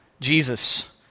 Jesus